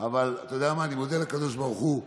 אבל אתה יודע מה, אני מודה לקדוש ברוך הוא.